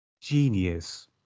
Genius